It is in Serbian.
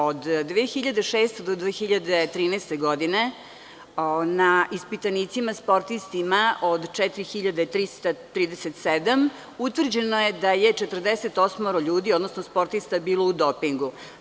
Od 2006. do 2013. godine na ispitanicima sportistima od 4.337 utvrđeno je da je 48 ljudi, odnosno sportista bilo u dopingu.